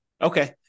Okay